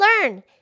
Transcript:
learn